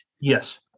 Yes